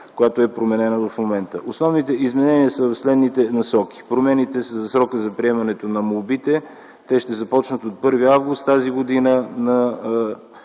която в момента е променена. Основните изменения са в следните насоки: промените са за срока за приемането на молбите. Те ще започнат от 1 август тази година за